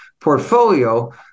portfolio